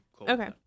okay